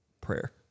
prayer